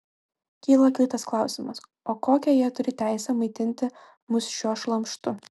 kyla kitas klausimas o kokią jie turi teisę maitinti mus šiuo šlamštu